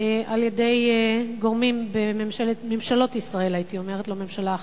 על-ידי גורמים בממשלות ישראל, לא ממשלה אחת.